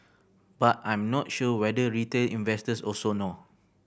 but I'm not sure whether retail investors also know